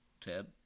Ted